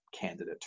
candidate